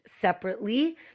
separately